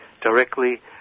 directly